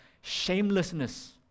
shamelessness